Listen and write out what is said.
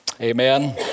Amen